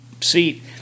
seat